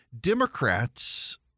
Democrats